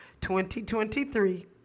2023